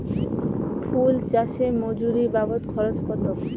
ফুল চাষে মজুরি বাবদ খরচ কত?